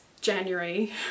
January